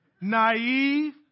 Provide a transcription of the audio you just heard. naive